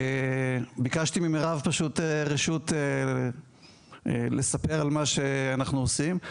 ביקשתי ממירב רשות לספר על מה שאנחנו עושים.